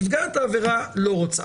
נפגעת העבירה לא רוצה,